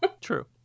True